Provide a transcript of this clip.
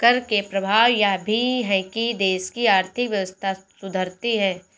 कर के प्रभाव यह भी है कि देश की आर्थिक व्यवस्था सुधरती है